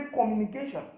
communication